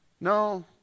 No